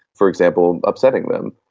for example, upsetting them,